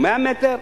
100 מטר,